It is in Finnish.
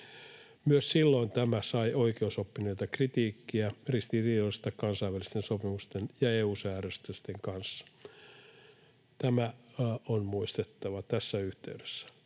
Myös silloin tämä sai oikeusoppineilta kritiikkiä ristiriidoista kansainvälisten sopimusten ja EU-säädösten kanssa. Tämä on muistettava tässä yhteydessä.